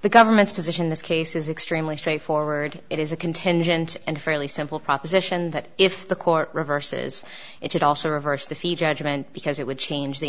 the government's position in this case is extremely straightforward it is a contingent and fairly simple proposition that if the court reverses it should also reverse the fee judgment because it would change the